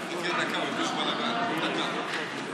אני רק הייתי מבקש בקשה שהיא קשה אבל היא הכרחית בימים אלה: כידוע,